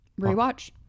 Rewatch